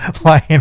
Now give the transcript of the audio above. lying